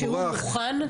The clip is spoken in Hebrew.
שהוא כבר מוכן?